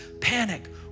panic